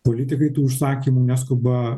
politikai tų užsakymų neskuba